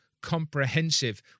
comprehensive